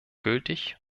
gültig